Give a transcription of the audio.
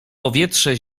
powietrze